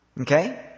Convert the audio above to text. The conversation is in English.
Okay